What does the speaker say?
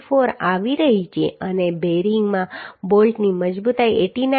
294 આવી રહી છે અને બેરિંગમાં બોલ્ટની મજબૂતાઈ 89